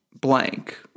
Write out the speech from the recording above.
blank